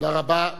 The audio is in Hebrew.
תודה רבה.